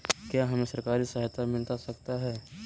क्या हमे सरकारी सहायता मिलता सकता है?